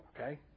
Okay